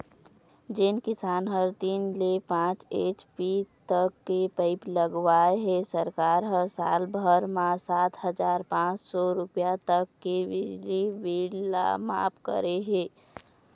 जेन किसान ह तीन ले पाँच एच.पी तक के पंप लगवाए हे सरकार ह साल भर म सात हजार पाँच सौ रूपिया तक के बिजली बिल ल मांफ करे हे